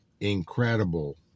incredible